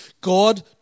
God